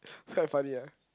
quite funny ah